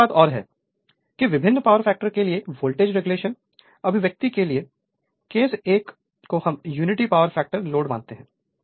Refer Slide Time 2647 अब एक और यह है की विभिन्न पावर फैक्टर के लिए वोल्टेज रेगुलेशन अभिव्यक्ति के लिए केस 1 को हम यूनिटी पावर फैक्टर लोड मानते हैं